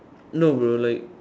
no bro like